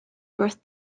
birth